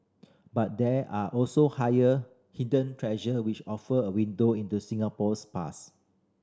but there are also higher hidden treasure which offer a window into Singapore's past